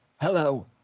Hello